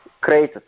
created